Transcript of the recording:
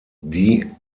die